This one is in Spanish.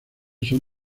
son